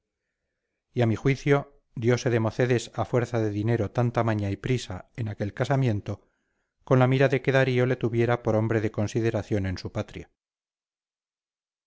y a mi juicio diose democedes a fuerza de dinero tanta maña y prisa en aquel casamiento con la mira de que darío le tuviera por hombre de consideración en su patria